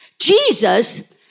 Jesus